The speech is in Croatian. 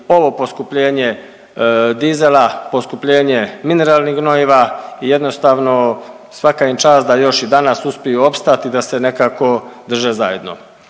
ovo poskupljenje dizela, poskupljenje mineralnih gnojiva i jednostavno svaka im čast da još i danas uspiju opstati i da se nekako drže zajedno.